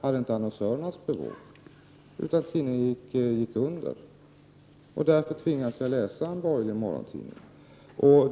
hade inte annonsörernas bevågenhet. Stockholms-Tidningen gick under, och därför tvingas jag läsa en borgerlig morgontidning.